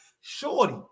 shorty